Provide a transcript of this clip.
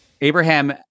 Abraham